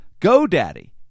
GoDaddy